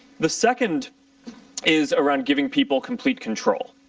the second is around giving people complete control.